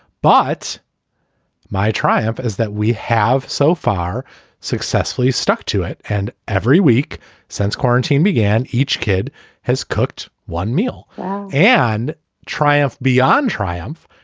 but my triumph is that we have so far successfully stuck to it and every week since quarantine began, each kid has cooked one meal and triumph beyond triumph.